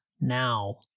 Now